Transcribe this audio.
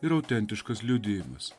ir autentiškas liudijimas